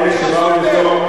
הוא אמר אלה שבאו לבדוק,